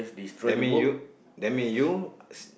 that mean you that mean you s~